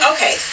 Okay